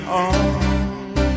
on